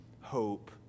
hope